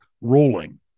rolling